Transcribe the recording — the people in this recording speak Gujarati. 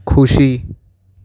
ખુશી